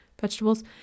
vegetables